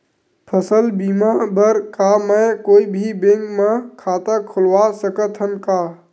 फसल बीमा बर का मैं कोई भी बैंक म खाता खोलवा सकथन का?